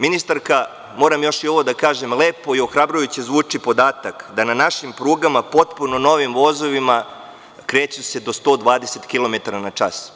Ministarka, moram još i ovo da kažem, lepo i ohrabrujuće zvuči podatak da na našim prugama potpuno novim vozovima kreće se do 120 kilometara na čas.